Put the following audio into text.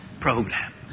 program